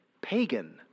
pagan